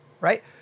Right